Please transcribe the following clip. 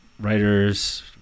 Writers